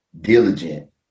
diligent